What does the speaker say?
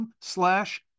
slash